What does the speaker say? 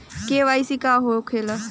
KYC का होखेला?